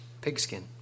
Pigskin